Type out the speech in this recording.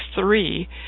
three